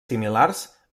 similars